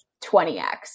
20x